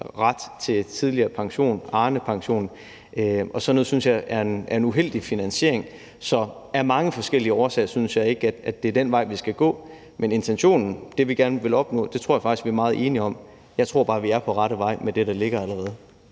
retten til tidligere pension, Arnepensionen, og som jeg sagde, synes jeg, at sådan noget er en uheldig finansiering. Så af mange forskellige årsager synes jeg ikke, at det er den vej, vi skal gå, men intentionen, det, vi gerne vil opnå, tror jeg faktisk vi er meget enige om. Jeg tror bare, vi er på rette vej med det, der foreligger allerede.